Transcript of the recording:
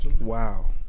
Wow